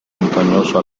montañoso